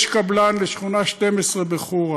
יש קבלן לשכונה 12 בחורה,